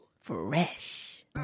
Fresh